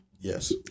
Yes